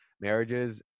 marriages